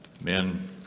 men